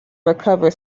recover